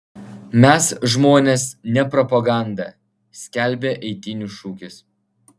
mes žmonės ne propaganda skelbia eitynių šūkis